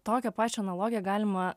tokią pačią analogiją galima